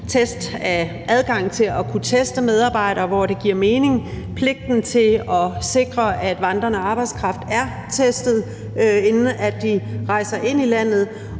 der er adgang til at kunne teste medarbejdere, hvor det giver mening; at der er pligt til at sikre, at vandrende arbejdskraft er testet, inden den rejser ind i landet;